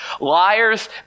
liars